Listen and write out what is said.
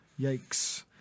Yikes